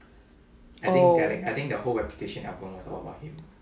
oh